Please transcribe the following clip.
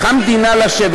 המדינה צריכה לשבת.